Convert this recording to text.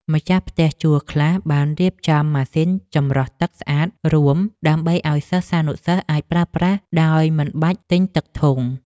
ម្ចាស់ផ្ទះជួលខ្លះបានរៀបចំម៉ាស៊ីនចម្រោះទឹកស្អាតរួមដើម្បីឱ្យសិស្សានុសិស្សអាចប្រើប្រាស់ដោយមិនបាច់ទិញទឹកធុង។